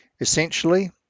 Essentially